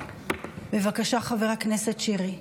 בבקשה, חבר הכנסת שירי.